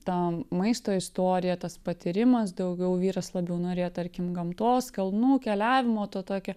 ta maisto istorija tas patyrimas daugiau vyras labiau norėjo tarkim gamtos kalnų keliavimo to tokio